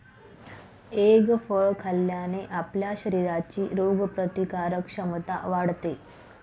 egg फळ खाल्ल्याने आपल्या शरीराची रोगप्रतिकारक क्षमता वाढते